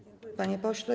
Dziękuję, panie pośle.